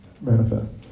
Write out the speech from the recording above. manifest